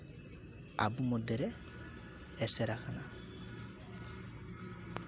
ᱟᱵᱚ ᱢᱚᱫᱽᱫᱷᱮ ᱨᱮ ᱮᱥᱮᱨᱟᱠᱟᱱᱟ